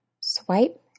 Swipe